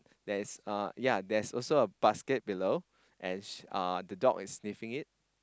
that is uh ya there is also a basket below and uh the dog is sniffing it